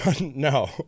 No